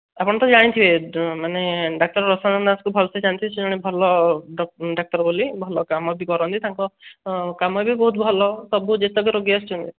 ଆପଣ ତ ଜାଣିଥିବେ ମାନେ ଡାକ୍ତର ରସାନନ୍ଦ ଦାସଙ୍କୁ ଭଲସେ ଜାଣିଥିବେ ସେ ଜଣେ ଭଲ ଡାକ୍ତର ବୋଲି ଭଲ କାମ ବି କରନ୍ତି ତାଙ୍କ କାମ ବି ବହୁତ ଭଲ ସବୁ ଯେତିକି ରୋଗୀ ଆସିଛନ୍ତି